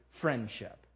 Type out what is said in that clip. friendship